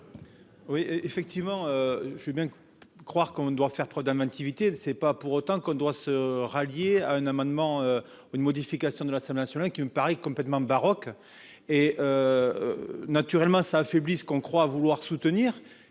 Oui, effectivement, je veux bien croire qu'on doit faire trop d'inventivité, c'est pas pour autant qu'on doit se rallier à un amendement une modification de la scène nationale, qui me paraît complètement baroque et naturellement ça affaiblit ce qu'on croit à vouloir soutenir